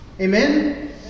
Amen